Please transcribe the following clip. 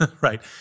right